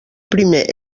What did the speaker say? primer